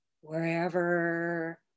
wherever